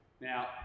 Now